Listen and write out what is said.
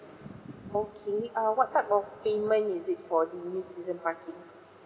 okay uh what type of payment is it for the new season parking